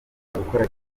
gukora